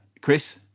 Chris